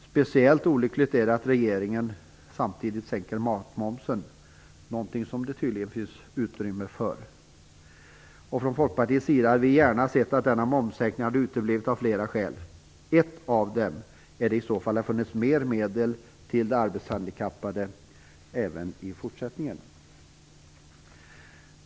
Speciellt olyckligt är det att regeringen samtidigt sänker matmomsen, någonting som det tydligen finns utrymme för. Från Folkpartiets sida hade vi gärna sett att momssänkningen hade uteblivit av många skäl. Ett av dem är att det i så fall hade funnits mer medel till de arbetshandikappade även i fortsättningen.